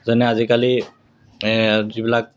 যেনে আজিকালি যিবিলাক